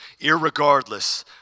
irregardless